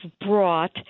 brought